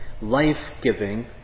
life-giving